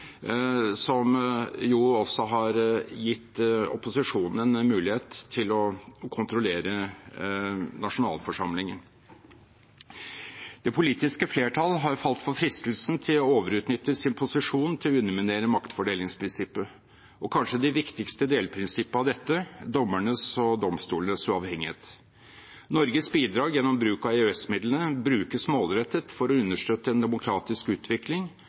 som jo har gitt opposisjonen en mulighet til å kontrollere nasjonalforsamlingen. Det politiske flertall har falt for fristelsen til å overutnytte sin posisjon til å underminere maktfordelingsprinsippet, og kanskje det viktigste delprinsippet i dette: dommernes og domstolenes uavhengighet. Norges bidrag gjennom EØS-midlene brukes målrettet for å understøtte en demokratisk utvikling